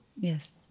Yes